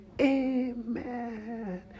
Amen